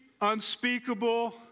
unspeakable